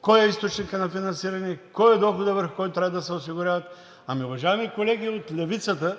кой е източникът на финансиране, кой е доходът, върху който трябва да се осигуряват. Уважаеми колеги от левицата,